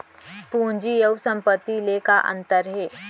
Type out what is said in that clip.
पूंजी अऊ संपत्ति ले का अंतर हे?